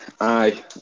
Aye